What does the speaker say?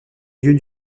vieux